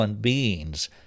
beings